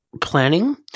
planning